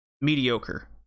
mediocre